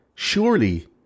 Surely